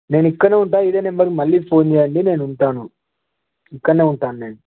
నేను ఇక్కడనే ఉంటా ఇదే నెంబరు మళ్ళీ ఫోన్ చేయండి నేను ఉంటాను ఇక్కడనే ఉంటాను నేను